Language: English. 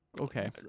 Okay